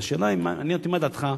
והשאלה היא, מעניין אותי מה דעתך,